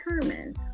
determine